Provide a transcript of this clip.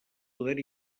poder